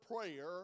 prayer